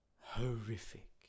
horrific